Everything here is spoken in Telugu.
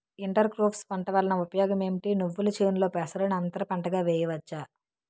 ఇంటర్ క్రోఫ్స్ పంట వలన ఉపయోగం ఏమిటి? నువ్వుల చేనులో పెసరను అంతర పంటగా వేయవచ్చా?